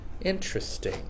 Interesting